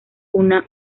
una